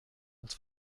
als